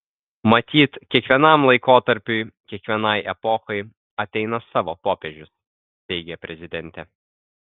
matyt kiekvienam laikotarpiui kiekvienai epochai ateina savo popiežius teigė prezidentė